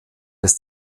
des